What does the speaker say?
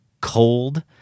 cold